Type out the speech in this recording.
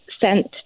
sent